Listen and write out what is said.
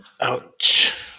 ouch